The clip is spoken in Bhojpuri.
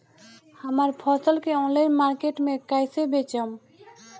हमार फसल के ऑनलाइन मार्केट मे कैसे बेचम?